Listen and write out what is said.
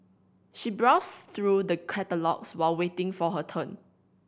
she browsed through the catalogues while waiting for her turn